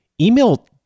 Email